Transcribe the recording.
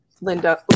Linda